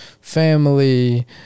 family